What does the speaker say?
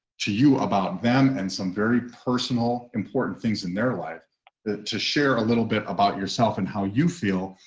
to you about them and some very personal important things in their life to share a little bit about yourself and how you feel.